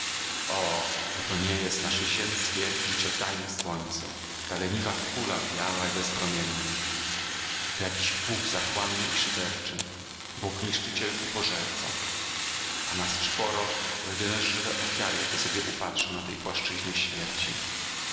o bo to nie jest nasze ziemskie życiodajne słońce ta leniwa kula biała i bezpromienna to jakiś bóg zachłanny i szyderczy bóg niszczyciel i pożerca a nas czworo to jedyne żywe ofiary jakie sobie upatrzył na tej płaszczyźnie śmierci